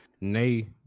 Nay